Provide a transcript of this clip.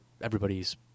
everybody's